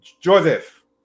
Joseph